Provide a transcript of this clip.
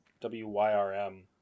W-Y-R-M